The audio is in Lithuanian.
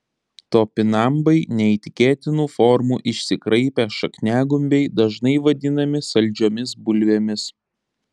topinambai neįtikėtinų formų išsikraipę šakniagumbiai dažnai vadinami saldžiomis bulvėmis